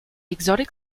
exotic